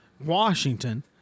Washington